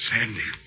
Sandy